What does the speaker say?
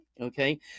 Okay